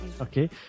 Okay